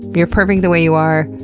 you're perfect the way you are.